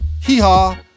hee-haw